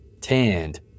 tanned